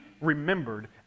remembered